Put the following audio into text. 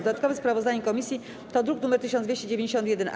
Dodatkowe sprawozdanie komisji to druk nr 1291-A.